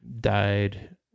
died